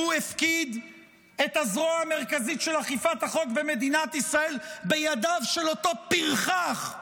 הפקיד את הזרוע המרכזית של אכיפת החוק במדינת ישראל בידיו של אותו פרחח,